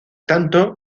tanto